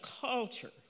culture